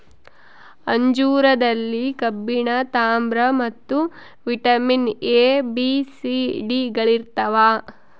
ಅಂಜೂರದಲ್ಲಿ ಕಬ್ಬಿಣ ತಾಮ್ರ ಮತ್ತು vitamin A B C D ಗಳಿರ್ತಾವ